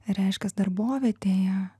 reiškias darbovietėje